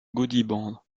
gaudiband